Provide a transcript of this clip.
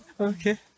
Okay